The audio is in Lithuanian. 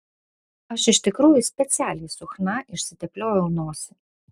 aš iš tikrųjų specialiai su chna išsitepliojau nosį